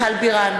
מיכל בירן,